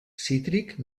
cítric